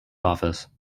office